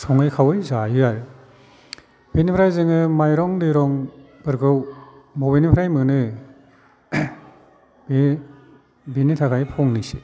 सङै खावै जायो आरो बेनिफ्राय जोङो माइरं दैरंफोरखौ बबेनिफ्राय मोनो बेनि थाखाय फंनैसो